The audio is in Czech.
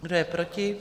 Kdo je proti?